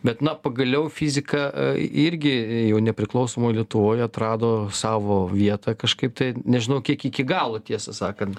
bet na pagaliau fizika irgi jau nepriklausomoj lietuvoj atrado savo vietą kažkaip tai nežinau kiek iki galo tiesą sakant